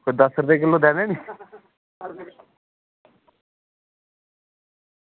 कोई दस्स रपेऽ किलो देने नी